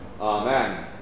Amen